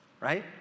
Right